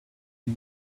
her